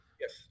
yes